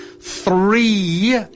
three